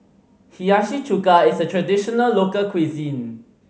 Hiyashi Chuka is a traditional local cuisine